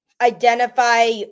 identify